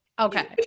Okay